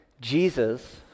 Jesus